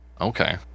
Okay